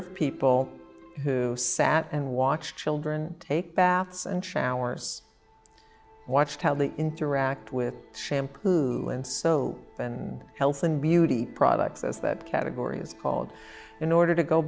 of people who sat and watched children take baths and showers watch how they interact with shampoo and so health and beauty products as that category is called in order to go